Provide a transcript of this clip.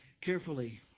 carefully